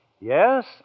Yes